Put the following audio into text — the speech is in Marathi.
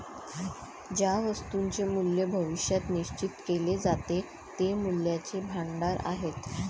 ज्या वस्तूंचे मूल्य भविष्यात निश्चित केले जाते ते मूल्याचे भांडार आहेत